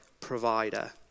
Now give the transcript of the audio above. provider